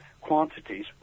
quantities